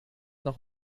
noch